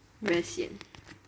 very sian